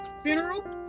funeral